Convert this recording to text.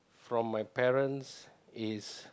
from my parents is